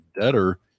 debtor